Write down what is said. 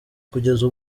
kugeza